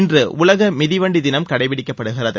இன்று உலக மிதிவண்டி தினம் கடைப்பிடிக்கப்படுகிறது